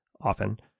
often